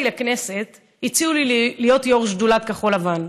לכנסת הציעו לי להיות יו"ר שדולת כחול-לבן.